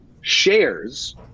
shares